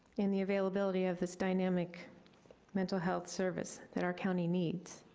in the availability of this dynamic mental health service that our county needs.